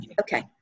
Okay